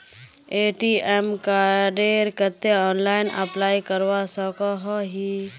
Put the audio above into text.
ATM कार्डेर केते online apply करवा सकोहो ही?